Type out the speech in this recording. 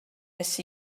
gwnes